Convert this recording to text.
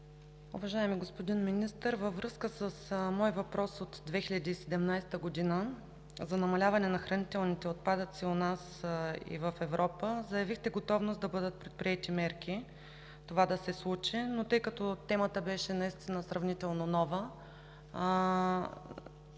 Уважаеми господин Министър, във връзка с мой въпрос от 2017 г. за намаляване на хранителните отпадъци у нас и в Европа заявихте готовност да бъдат предприети мерки това да се случи, но тъй като темата беше сравнително нова,